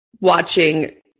watching